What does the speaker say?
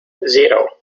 zero